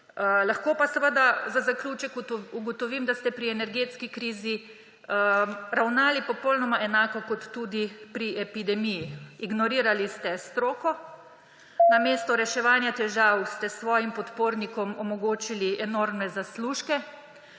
Lahko pa seveda za zaključek ugotovim, da ste pri energetski krizi ravnali popolnoma enako kot tudi pri epidemiji. Ignorirali ste stroko, namesto reševanja težav ste svojim podpornikom omogočili enormne zaslužke.